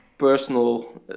personal